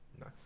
no